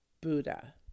Buddha